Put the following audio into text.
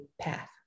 path